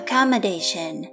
Accommodation